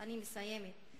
אני מסיימת.